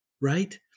right